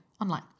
online